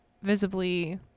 Visibly